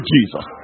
Jesus